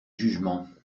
jugements